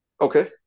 Okay